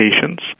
patients